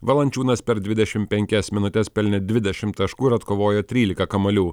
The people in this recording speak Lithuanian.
valančiūnas per dvidešimt penkias minutes pelnė dvidešimt taškų ir atkovojo tryliką kamuolių